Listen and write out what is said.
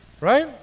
right